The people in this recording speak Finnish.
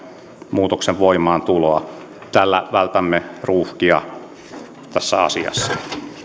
muutoksen voimaantuloa tällä vältämme ruuhkia tässä asiassa